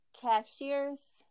cashiers